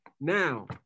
Now